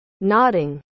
Nodding